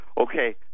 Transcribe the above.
okay